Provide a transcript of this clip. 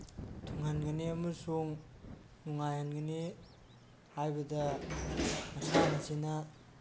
ꯊꯨꯡꯍꯟꯒꯅꯤ ꯑꯃꯁꯨꯡ ꯅꯨꯡꯉꯥꯏꯍꯟꯒꯅꯤ ꯍꯥꯏꯕꯗ ꯃꯁꯥꯟꯅꯁꯤꯅ